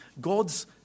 God's